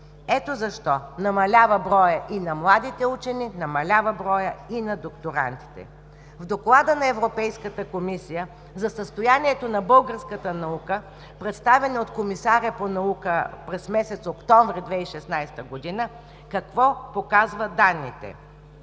Ето защо намалява броят и на младите учени, и на докторантите. В Доклада на Европейската комисия за състоянието на българската наука, представен от комисаря по наука през месец октомври 2016 г., какво показват данните?